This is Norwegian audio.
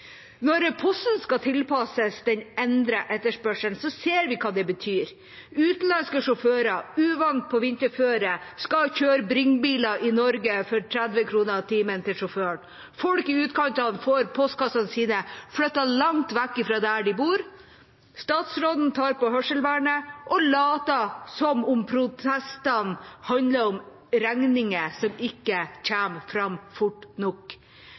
Når Posten skal tilpasses den endrede etterspørselen, ser vi hva det betyr. Utenlandske sjåfører, uvant på vinterføre, skal kjøre Bring-biler i Norge for 30 kr i timen til sjåføren. Folk i utkanten får postkassene sine flyttet langt vekk fra der de bor. Statsråden tar på seg hørselsvernet og later som om protestene handler om regninger som ikke kommer fram fort nok.